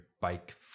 bike